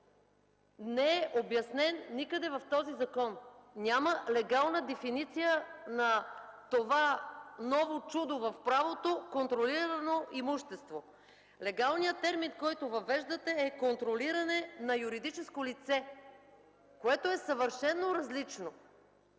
не е обяснен никъде в този закон. Няма легална дефиниция на това ново чудо в правото „контролирано имущество”. Легалният термин, който въвеждате, е „контролиране на юридическо лице”, което е съвършено различно